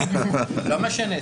לא משנה,